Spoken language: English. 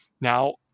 Now